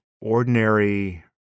ordinary